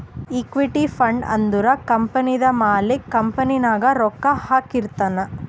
equity fund ಅಂದುರ್ ಕಂಪನಿದು ಮಾಲಿಕ್ಕ್ ಕಂಪನಿ ನಾಗ್ ರೊಕ್ಕಾ ಹಾಕಿರ್ತಾನ್